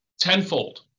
tenfold